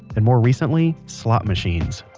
and more recently, slot machines